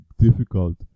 difficult